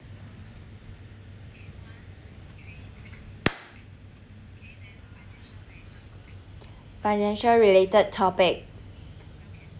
financial related topic